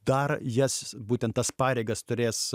dar jas būtent tas pareigas turės